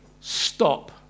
stop